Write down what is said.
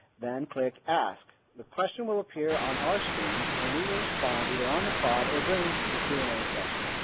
then click ask. the question will appear on our screens and we will respond either on the spot or during the q and a sessions.